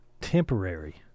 temporary